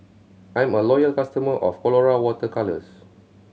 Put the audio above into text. I'm a loyal customer of Colora Water Colours